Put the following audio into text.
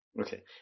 okay